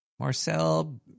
Marcel